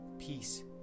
peace